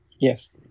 Yes